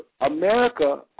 America